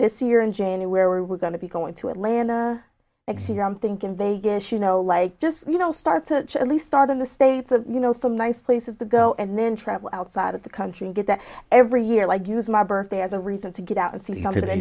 this year in january we're going to be going to atlanta exactly i'm thinking vegas you know like just you know start to really start in the states and you know some nice places to go and then travel outside of the country and get that every year like use my birthday as a reason to get out and see how could i